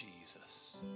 Jesus